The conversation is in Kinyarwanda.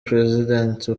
president